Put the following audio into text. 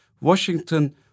Washington